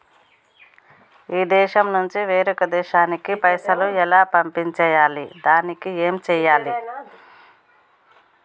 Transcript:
ఈ దేశం నుంచి వేరొక దేశానికి పైసలు ఎలా పంపియ్యాలి? దానికి ఏం చేయాలి?